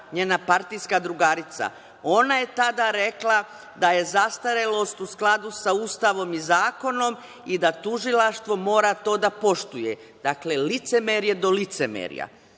njena partijska drugarica? Ona je tada rekla da je zastarelost u skladu sa Ustavom i zakonom i da tužilaštvo mora to da poštuje. Dakle, licemerje do licemerja,